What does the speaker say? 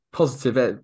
positive